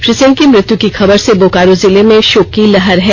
श्री सिंह की मृत्यु की खबर से बोकारो जिले में शोक की लहर है